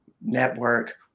Network